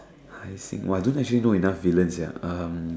I think !wah! I don't shouldn't know enough villian sia um